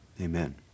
Amen